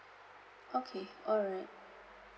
okay alright